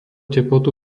teplotu